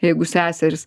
jeigu seserys